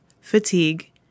fatigue